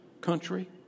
country